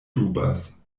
dubas